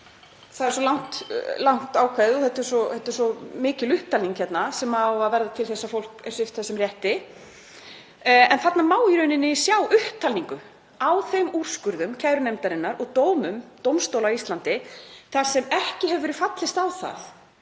það er svo langt, ákvæðið, og þetta er svo mikil upptalning hérna sem á að verða til þess að fólk er svipt þessum rétti, en þarna má í rauninni sjá upptalningu á þeim úrskurðum kærunefndarinnar og dómum dómstóla á Íslandi þar sem ekki hefur verið fallist á að